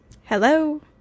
Hello